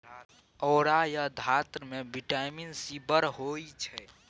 औरा या धातृ मे बिटामिन सी बड़ होइ छै